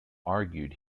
argued